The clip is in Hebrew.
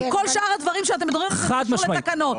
כל שאר הדברים שאתם מדברים זה קשור לתקנות.